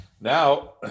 Now